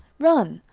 run,